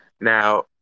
now